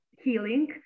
healing